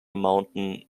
mountain